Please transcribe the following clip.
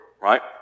right